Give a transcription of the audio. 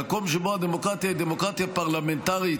במקום שבו הדמוקרטיה היא דמוקרטיה פרלמנטרית,